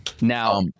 now